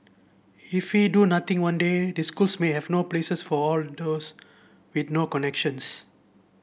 if we do nothing one day these schools may have no places for all the those with no connections